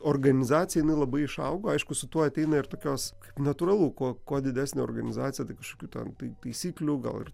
organizacija jinai labai išaugo aišku su tuo ateina ir tokios natūralu kuo kuo didesnė organizacija tai kažkokių ten taisyklių gal ir